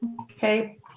okay